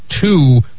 two